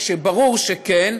כשברור שכן,